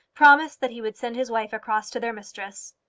promised that he would send his wife across to their mistress.